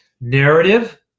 narrative